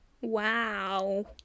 Wow